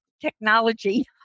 technology